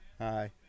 hi